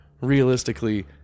realistically